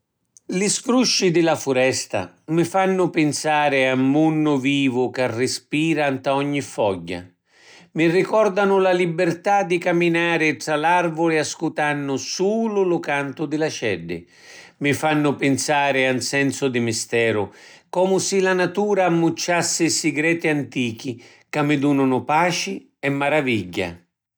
Li scrusci di la furesta mi fannu pinsari a ‘n munnu vivu ca rispira nta ogni fogghia; mi ricordanu la libirtà di caminari tra l’arvuli ascutannu sulu lu cantu di l’aceddi. Mi fannu pinsari a ‘n sensu di misteru comu si la natura ammucciassi sigreti antichi ca mi dununu paci e maravigghia.